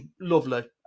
lovely